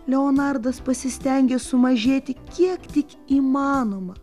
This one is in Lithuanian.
leonardas pasistengė sumažėti kiek tik įmanoma